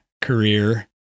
career